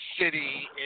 city